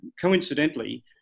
coincidentally